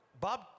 Bob